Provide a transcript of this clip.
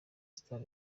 star